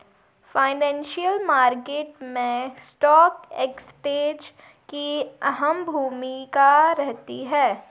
financial market मैं stock exchange की अहम भूमिका रहती है